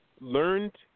learned